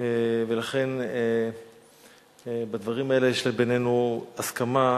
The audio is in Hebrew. ולכן, בדברים האלה יש בינינו הסכמה.